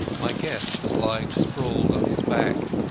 my guest was lying sprawled on his back.